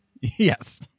Yes